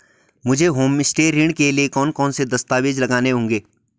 मुझे होमस्टे ऋण के लिए कौन कौनसे दस्तावेज़ लगाने होंगे?